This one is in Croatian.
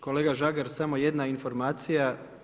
Kolega Žagar, samo jedna informacija.